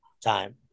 time